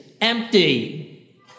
empty